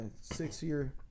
six-year